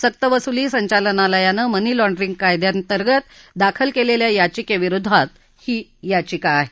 सक्तवसुली संचालनालयानं money laundering कायद्यांतर्गत दाखल केलेल्या याचिकविरोधात ही याचिका आहे